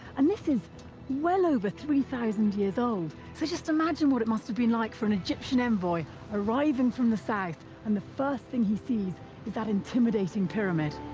and this is well over three thousand years old. so just imagine what it must have been like for an egyptian envoy arriving from the south, and the first thing he sees that intimidating pyramid.